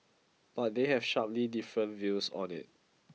but they have sharply different views on it